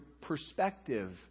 perspective